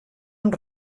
amb